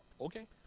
Okay